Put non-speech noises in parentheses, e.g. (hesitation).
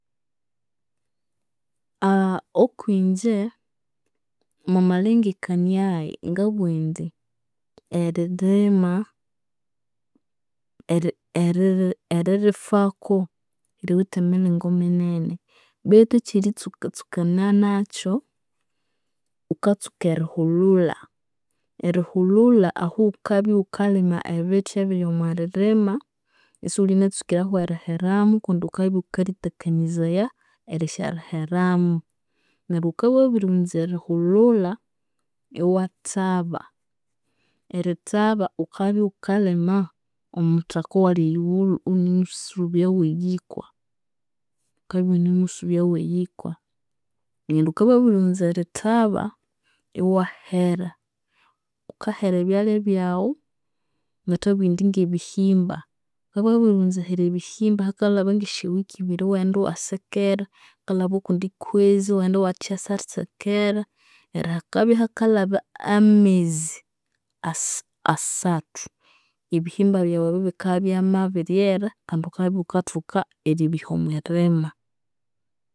(hesitation) okwinje omwamalengekaniayi ngabugha indi eririma eri- eri- eririfaku liwithe emiringo minene betu ekyeritsukatsukananakyu, ghukatsuka erihulhulha. Erihulhulha, ahu ghukabya ighukalima ebithi ebiri omwiririma isighuli watsuka eririheramu kundi ghukabya ighukalitakanizaya erisyaliheramu. Neryo ghukabya wabirighunza erihulhulha iwathaba. Erithaba ghukabya ighukalima omuthaka owali eyighulhu ighunamusubyaghu eyikwa, ghukabya ighunamusubyaghu eyikwa. Neryo ghukabya wabirighunza erithaba, iwahera. Ghukahera ebyalya byaghu, ngathabugha indi ngebihimba, ghukabya wabirighunza erihera ebihimba hakalhaba ngesya week ibiri iwaghenda iwasekera, hakalhaba okundi kwezi iwaghenda iwathasyasekera. Neryo hakabya hakalhaba amezi asa- asathu, ebihimba byaghu ebyu bikabya ibyamabiryera kandi ghukabya ighukathoka eribiha omwirima.